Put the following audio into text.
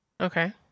Okay